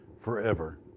forever